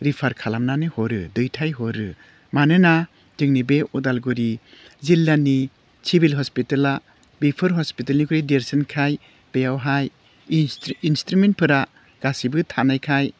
refer खालामनानै हरो दैथायहरो मानोना जोंनि बे उदालगुरि जिल्लानि सिभिल हस्पिताला बेफोर हसपितालनिख्रुइ देरसिनखाय बेयावहाय इनस्ट्रुमेन्टफोरा गासिबो थानायखाय